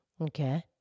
Okay